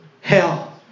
hell